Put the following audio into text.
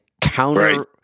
counter—